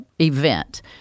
event